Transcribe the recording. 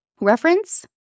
reference